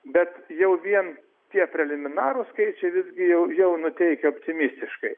bet jau vien tie preliminarūs skaičiai visgi jau jau nuteikia optimistiškai